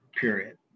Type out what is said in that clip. period